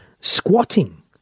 squatting